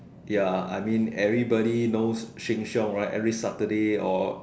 ya I mean everybody knows Sheng-Siong right every Saturday or